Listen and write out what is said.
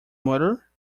murder